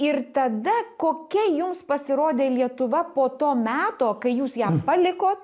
ir tada kokia jums pasirodė lietuva po to meto kai jūs ją palikot